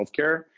healthcare